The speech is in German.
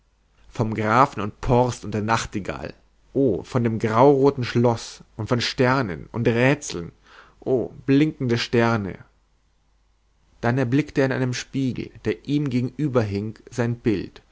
vom grafen und porst und der nachtigall o von dem grauroten schloß und von sternen und rätseln o blinkende sterne da erblickte er in einem spiegel der ihm gegenüber hing sein bild